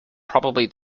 probably